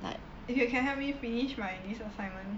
if you can help me finish my this assignment